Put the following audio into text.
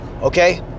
okay